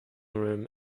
room